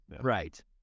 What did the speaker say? Right